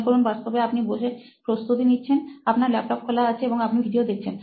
মনে করুন বাস্তবে আপনি বসে প্রস্তুতি নিচ্ছেন আপনার ল্যাপটপ খোলা আছে এবং আপনি ভিডিও দেখছেন